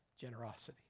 generosity